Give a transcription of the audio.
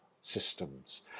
systems